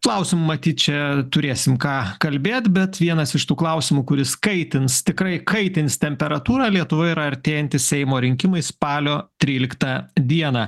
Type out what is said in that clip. klausimu matyt čia turėsim ką kalbėt bet vienas iš tų klausimų kuris kaitins tikrai kaitins temperatūrą lietuvoje yra artėjantys seimo rinkimai spalio tryliktą dieną